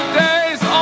days